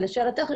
לשאלתך,